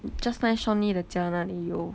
just nice sean lee 的家那里有